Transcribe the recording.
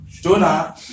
Jonah